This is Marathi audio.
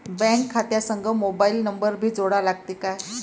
बँक खात्या संग मोबाईल नंबर भी जोडा लागते काय?